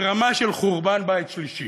ברמה של חורבן בית שלישי.